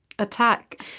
Attack